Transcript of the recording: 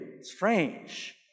strange